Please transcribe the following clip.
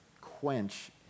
quench